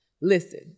Listen